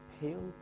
heal